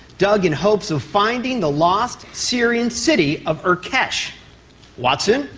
dug in hopes of finding the last syrian city of urkesh. watson?